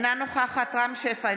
אינה נוכחת רם שפע,